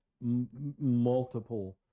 multiple